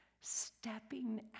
stepping